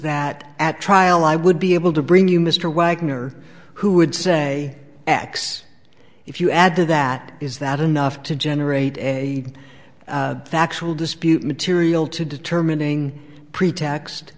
that at trial i would be able to bring you mr wagner who would say x if you add to that is that enough to generate a factual dispute material to determining pretext